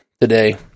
Today